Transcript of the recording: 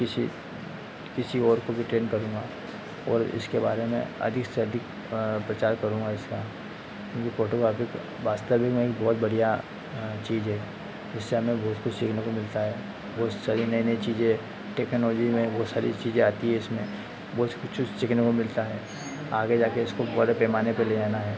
किसी किसी और को भी ट्रेन्ड करूँगा और इसके बारे में अधिक से अधिक प्रचार करूँगा इसका फ़ोटोकॉपी का वास्तविक में भी बहुत बढ़ियाँ चीज़ है इससे हमें बहुत कुछ सीखने को मिलता है बहुत सारी नई नई चीज़ें टेक्नोलॉजी में बहुत सारी चीज़ें आती है इसमें बहुत कुछ सीखने को मिलता है आगे जाकर इसको बड़े पैमाने पर ले आना है